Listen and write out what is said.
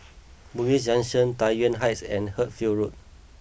Bugis Junction Tai Yuan Heights and Hertford Road